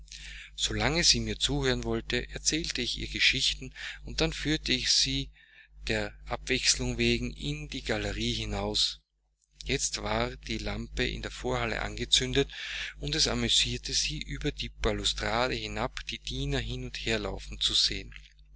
sie mir zuhören wollte erzählte ich ihr geschichten und dann führte ich sie der abwechselung wegen in die galerie hinaus jetzt war die lampe in der vorhalle angezündet und es amüsierte sie über die balustrade hinab die diener hin und herlaufen zu sehen